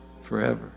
Forever